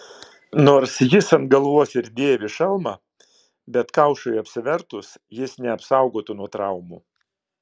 nors jis ant galvos ir dėvi šalmą bet kaušui apsivertus jis neapsaugotų nuo traumų